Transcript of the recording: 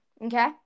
okay